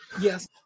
Yes